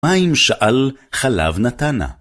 ‫מים שאל חלב נתנה?